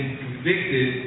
convicted